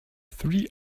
three